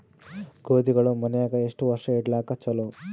ಗೋಧಿಗಳು ಮನ್ಯಾಗ ಎಷ್ಟು ವರ್ಷ ಇಡಲಾಕ ಚಲೋ?